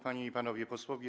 Panie i Panowie Posłowie!